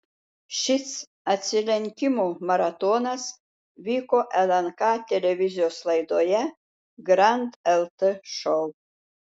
šis atsilenkimų maratonas vyko lnk televizijos laidoje grand lt šou